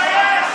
בושה.